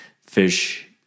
fish